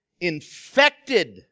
infected